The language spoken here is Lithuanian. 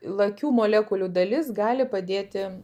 lakių molekulių dalis gali padėti